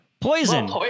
poison